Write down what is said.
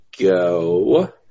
go